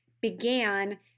began